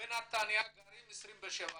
בנתניה גרים 27%,